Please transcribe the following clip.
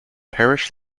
parish